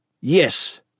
Yes